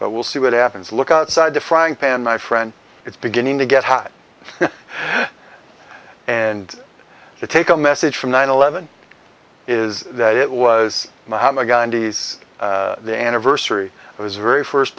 but we'll see what happens look outside the frying pan my friend it's beginning to get hot and to take a message from nine eleven is that it was mahatma gandhi's the anniversary of his very first